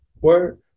work